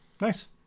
nice